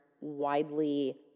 widely